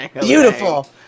Beautiful